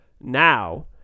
now